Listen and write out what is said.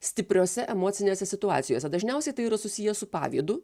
stipriose emocinėse situacijose dažniausiai tai yra susiję su pavydu